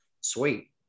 sweet